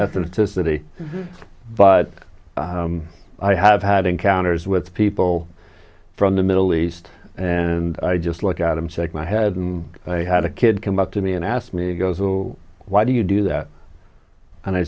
into city but i have had encounters with people from the middle east and i just look at them said my head and i had a kid come up to me and asked me to go so why do you do that and i